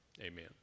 Amen